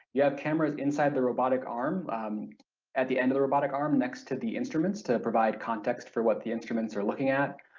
you have cameras inside the robotic arm at the end of the robotic arm next to the instruments to provide context for what the instruments are looking at.